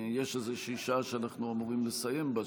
שיש איזושהי שעה שאנחנו אמורים לסיים בה,